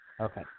Okay